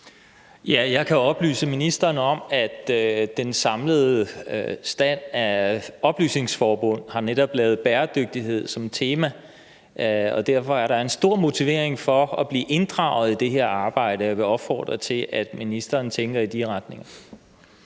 Jeg kan oplyse ministeren om, at den samlede stand af oplysningsforbund netop har lavet bæredygtighed som tema, og derfor er der en stor motivering for at blive inddraget i det her arbejde. Og jeg vil opfordre til, at ministeren tænker i de retninger.